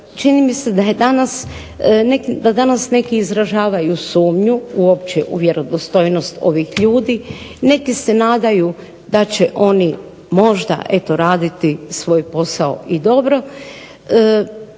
čini mi se da danas neki izražavaju sumnju uopće u vjerodostojnost ovih ljudi, neki se nadaju da će oni možda eto raditi svoj posao i dobro